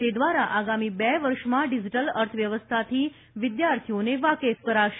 તે દ્વારા આગામી બે વર્ષમાં ડીજીટલ અર્થવ્યવસ્થાથી વિદ્યાર્થીઓને વાકેફ કરાશે